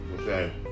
Okay